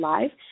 Live